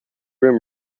room